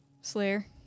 Slayer